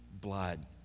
blood